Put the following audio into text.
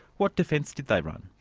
what defence did they run?